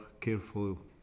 careful